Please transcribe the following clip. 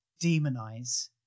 demonize